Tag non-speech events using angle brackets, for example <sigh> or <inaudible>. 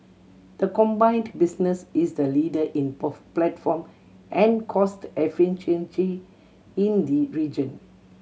the combined business is the leader in <unintelligible> platform and cost <unintelligible> in the region